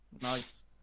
Nice